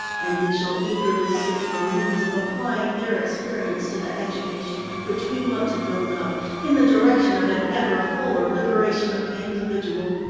and we shall eagerly seek for means of applying their experience to the education which we want to build up, in the direction of an ever fuller liberation of the individual.